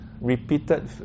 repeated